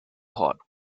hot